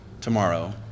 tomorrow